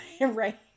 Right